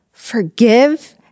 Forgive